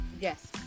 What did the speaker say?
Yes